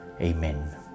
Amen